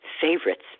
favorites